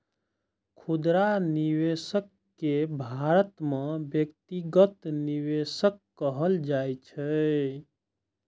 खुदरा निवेशक कें भारत मे व्यक्तिगत निवेशक कहल जाइ छै